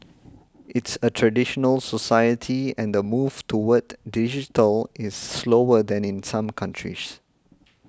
it's a traditional society and the move toward digital is slower than in some countries